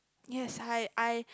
yes I I